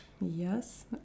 Yes